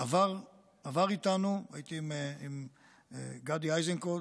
הייתי עם גדי איזנקוט,